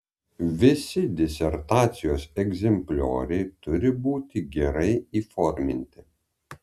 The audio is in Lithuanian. visi disertacijos egzemplioriai turi būti gerai įforminti